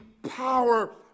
power